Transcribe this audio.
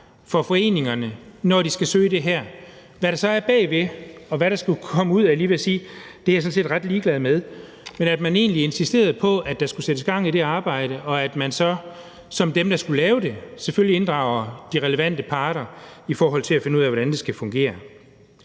til foreningerne, når de skal søge om de her ting. Hvad der så er bagved, og hvad der kommer ud, var jeg lige ved at sige, er jeg sådan set ret ligeglad med, men jeg synes, at man egentlig skulle insistere på, at der sættes gang i det arbejde, og at dem, der skal lave det, selvfølgelig inddrager de relevante parter i forhold til at finde ud af, hvordan det skal fungere.